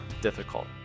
difficult